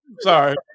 Sorry